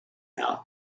mountain